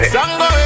Sango